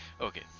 Okay